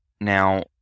Now